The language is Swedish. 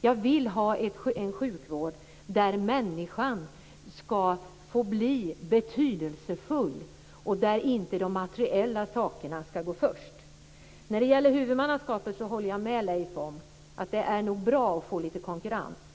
Jag vill ha en sjukvård där människan skall få bli betydelsefull och där inte det materiella skall gå först. När det gäller huvudmannaskapet håller jag med Leif om att det nog är bra att få lite konkurrens.